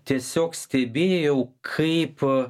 tiesiog stebėjau kaip